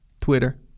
Twitter